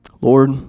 Lord